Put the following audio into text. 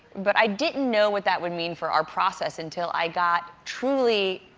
but i didn't know what that would mean for our process until i got truly